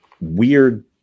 weird